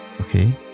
Okay